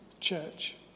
church